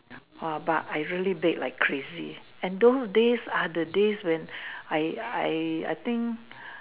!wah! but I really bake like crazy and those days are the days when I I I think